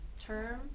term